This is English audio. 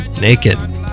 Naked